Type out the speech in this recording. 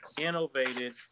innovated